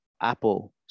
Apple